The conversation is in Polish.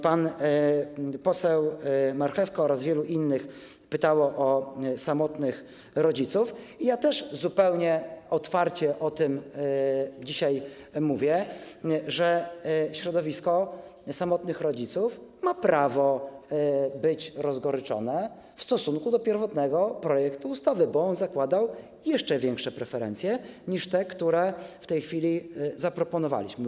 Pan poseł Marchewka oraz wielu innych pytało o samotnych rodziców i zupełnie otwarcie o tym dzisiaj mówię, że środowisko samotnych rodziców ma prawo być rozgoryczone w stosunku do pierwotnego projektu ustawy, bo on zakładał jeszcze większe preferencje niż te, które w tej chwili zaproponowaliśmy.